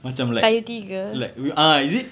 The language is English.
macam like like ah is it